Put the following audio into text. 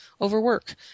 overwork